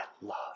love